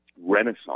renaissance